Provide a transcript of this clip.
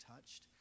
touched